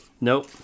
Nope